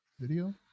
video